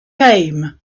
came